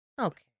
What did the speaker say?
okay